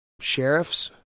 sheriffs